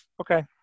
okay